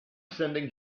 sending